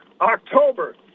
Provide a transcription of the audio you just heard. October